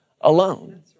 alone